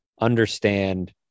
understand